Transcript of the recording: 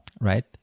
Right